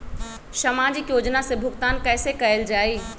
सामाजिक योजना से भुगतान कैसे कयल जाई?